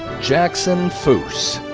jackson foose.